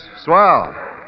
Swell